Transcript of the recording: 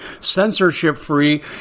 censorship-free